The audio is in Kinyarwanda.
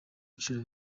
biciro